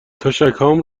تشکهام